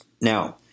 Now